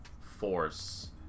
force